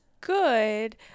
good